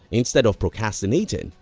instead of procrastinating,